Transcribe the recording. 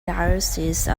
diocese